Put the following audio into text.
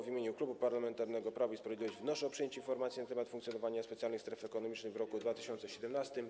W imieniu Klubu Parlamentarnego Prawo i Sprawiedliwość wnoszę o przyjęcie informacji na temat funkcjonowania specjalnych stref ekonomicznych w roku 2017.